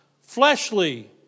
fleshly